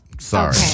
Sorry